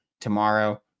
tomorrow